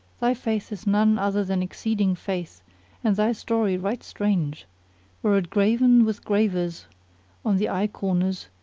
thy faith is none other than exceeding faith and thy story right strange were it graven with gravers on the eye corners,